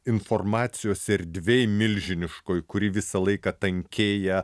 informacijos erdvėj milžiniškoj kuri visą laiką tankėja